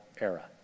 era